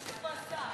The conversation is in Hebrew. שאילתה ראשונה,